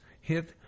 hit